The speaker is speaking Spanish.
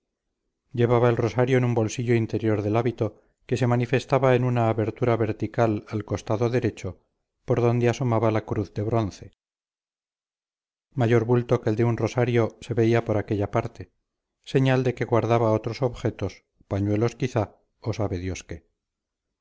llevaba el rosario en un bolsillo interior del hábito que se manifestaba en una abertura vertical al costado derecho por donde asomaba la cruz de bronce mayor bulto que el de un rosario se veía por aquella parte señal de que guardaba otros objetos pañuelos quizás o sabe dios qué